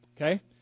Okay